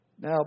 Now